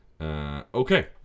Okay